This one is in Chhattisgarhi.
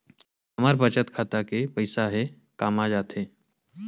हमर बचत खाता के पईसा हे कामा जाथे?